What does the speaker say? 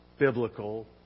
Biblical